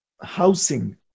housing